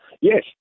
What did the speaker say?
Yes